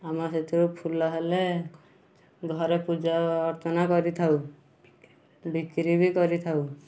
ଆମର ସେଥିରୁ ଫୁଲ ହେଲେ ଘରେ ପୂଜା ଅର୍ଚ୍ଚନା କରିଥାଉ ବିକ୍ରି ବି କରିଥାଉ